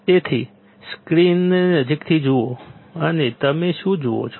તેથી સ્ક્રીનને નજીકથી જુઓ અને તમે શું જુઓ છો